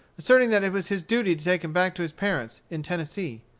asserting that it was his duty to take him back to his parents in tennessee.